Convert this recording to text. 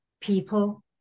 people